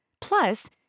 Plus